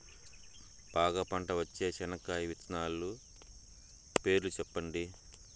బాగా పంట వచ్చే చెనక్కాయ విత్తనాలు పేర్లు సెప్పండి?